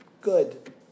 Good